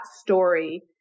story